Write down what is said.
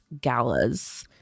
galas